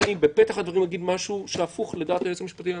בפתח הדברים אני אגיד משהו הפוך לדעת היועץ המשפטי לממשלה.